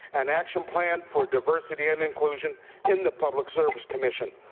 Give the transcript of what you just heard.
an action plan for diversity and inclusion in the public service commission,